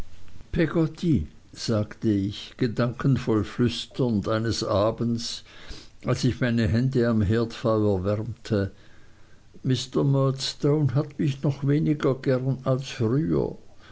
sagte ich gedankenvoll flüsternd eines abends als ich meine hände am herdfeuer wärmte mr murdstone hat mich noch weniger gern als früher